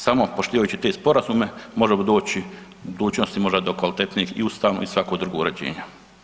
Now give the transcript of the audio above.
Samo poštivajući te sporazume možemo doći u budućnost možda i kvalitetnijeg i ustavnog i svakog drugog uređenja.